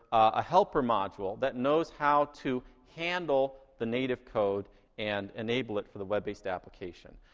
a helper module that knows how to handle the native code and enable it for the web-based application.